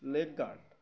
leg guard